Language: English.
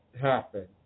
happen